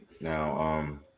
Now